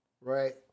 right